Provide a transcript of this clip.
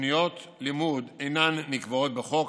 תוכניות לימוד אינן נקבעות בחוק,